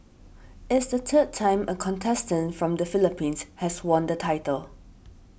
it's the third time a contestant from the Philippines has won the title